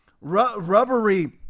Rubbery